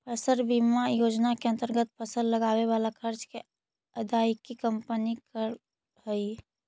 फसल बीमा योजना के अंतर्गत फसल लगावे वाला खर्च के अदायगी कंपनी करऽ हई